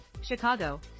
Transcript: Chicago